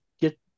get